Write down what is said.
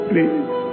Please